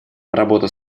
работу